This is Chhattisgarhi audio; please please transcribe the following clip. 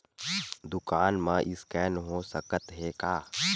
दुकान मा स्कैन हो सकत हे का?